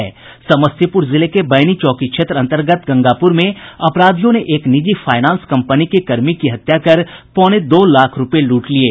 समस्तीपूर जिले के बैनी चौकी क्षेत्र अंतर्गत गंगापूर में अपराधियों ने एक निजी फाईनांस कंपनी के कर्मी की हत्या कर पौने दो लाख रुपये लूट लिये